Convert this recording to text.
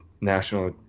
national